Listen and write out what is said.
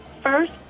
first